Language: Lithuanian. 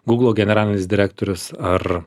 gūglo generalinis direktorius ar